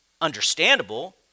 understandable